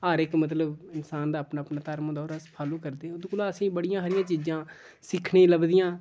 हर इक मतलब इंसान दा अपना अपना धर्म होंदा होर अस फाॅलो करदे उं'दे कोला अ'सेंगी बड़ियां हारियां चीज़ां सिक्खे ई लभदियां